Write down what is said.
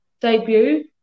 debut